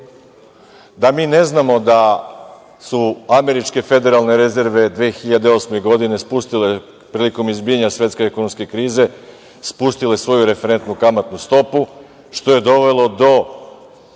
da mi ne znamo da su američke federalne rezerve 2008. godine, spustile, prilikom izbijanja Svetske ekonomske krize, svoju referentu kamatnu stopu što je dovelo do